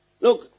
Look